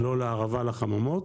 לא לערבה לחממות,